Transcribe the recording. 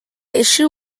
issue